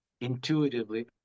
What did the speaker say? intuitively